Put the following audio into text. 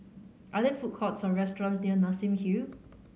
are there food courts or restaurants near Nassim Hill